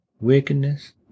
wickedness